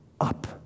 up